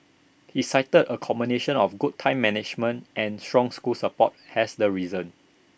he cited A combination of good time management and strong school support as the reason